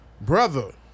Brother